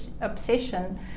obsession